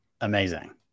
amazing